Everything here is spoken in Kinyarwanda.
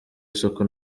isuku